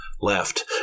left